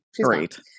Great